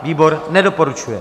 Výbor nedoporučuje.